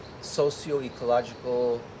socio-ecological